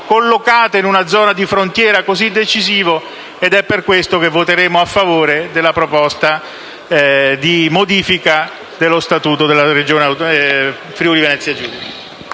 collocato in una zona di frontiera così decisiva, ed è per questo che voteremo a favore della proposta di modifica dello Statuto della Regione Friuli-Venezia Giulia.